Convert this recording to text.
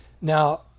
Now